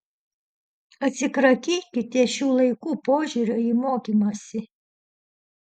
atsikratykite šių laikų požiūrio į mokymąsi